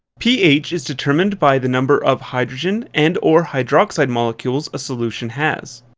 ph is determined by the number of hydrogen and or hydroxide molecules a solution has.